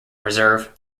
reserve